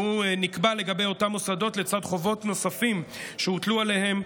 והוא נקבע לגבי אותם מוסדות לצד חובות נוספות שהוטלו עליהם,